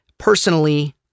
personally